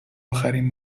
اخرین